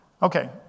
Okay